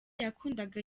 yakundaga